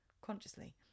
consciously